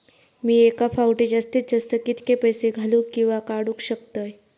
मी एका फाउटी जास्तीत जास्त कितके पैसे घालूक किवा काडूक शकतय?